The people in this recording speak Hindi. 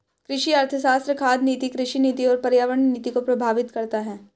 कृषि अर्थशास्त्र खाद्य नीति, कृषि नीति और पर्यावरण नीति को प्रभावित करता है